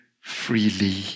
freely